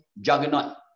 juggernaut